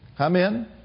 Amen